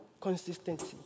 Consistency